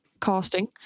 casting